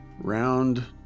Round